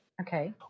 Okay